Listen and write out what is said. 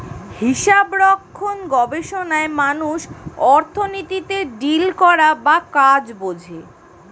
হিসাবরক্ষণ গবেষণায় মানুষ অর্থনীতিতে ডিল করা বা কাজ বোঝে